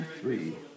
three